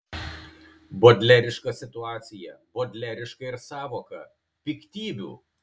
bodleriška situacija bodleriška ir sąvoka piktybių